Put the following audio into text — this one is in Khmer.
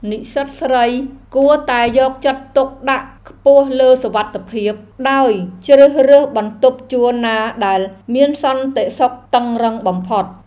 និស្សិតស្រីគួរតែយកចិត្តទុកដាក់ខ្ពស់លើសុវត្ថិភាព ដោយជ្រើសរើសបន្ទប់ជួលណាដែលមានសន្តិសុខតឹងរ៉ឹងបំផុត។